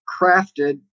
crafted